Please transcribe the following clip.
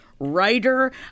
writer